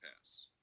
pass